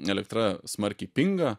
elektra smarkiai pinga